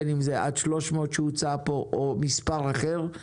בין אם זה עד 300 שהוצע פה או מספר אחר,